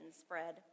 spread